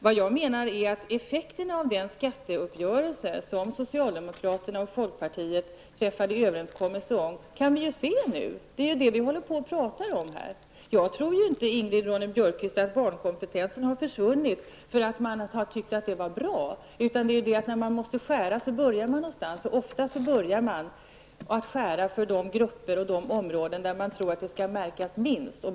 Vad jag menar är att effekterna av den skatteuppgörelse som socialdemokraterna och folkpartiet träffade överenskommelse om kan vi se nu. Det är ju den vi håller på och pratar om nu! Jag tror ju inte att barnkompetensen har försvunnit för att någon har tyckt att det var bra, utan när man måste skära så börjar man ofta skära ner för de områden och de grupper där man tror att det skall märkas minst.